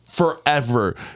forever